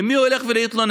למי הוא ילך להתלונן?